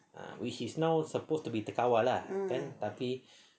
ah which is now supposed to be terkawal ah kan tapi